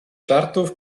żartów